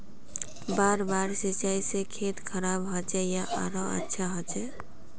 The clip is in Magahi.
बार बार सिंचाई से खेत खराब होचे या आरोहो अच्छा होचए?